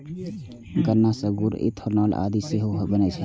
गन्ना सं गुड़, इथेनॉल आदि सेहो बनै छै